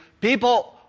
people